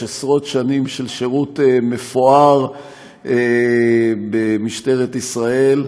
עשרות שנים של שירות מפואר במשטרת ישראל,